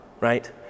right